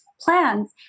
plans